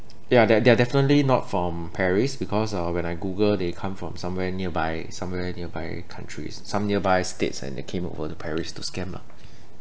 yeah they're they're definitely not from Paris because uh when I google they come from somewhere nearby somewhere nearby countries some nearby states and they came over the Paris to scam lah